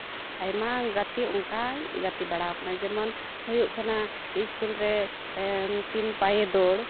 ᱟᱭᱢᱟ ᱜᱟᱛᱮ ᱚᱱᱠᱟᱧ ᱜᱟᱛᱮ ᱵᱟᱲᱟᱣ ᱠᱟᱱᱟ ᱡᱮᱢᱚᱱ ᱦᱩᱭᱩᱜ ᱠᱟᱱᱟ ᱤᱥᱠᱩᱞ ᱨᱮ ᱛᱤᱱ ᱯᱟᱭᱮ ᱫᱳᱲ